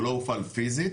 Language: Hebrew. הוא לא הופעל פיזית,